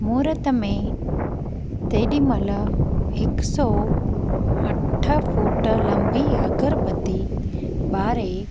महूरत में तेॾीं महिल हिक सौ अठ फ़ुट लंबी अगरबती ॿारे